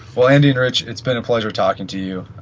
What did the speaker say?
well andy and rich, it's been a pleasure talking to you.